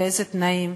באיזה תנאים.